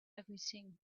everything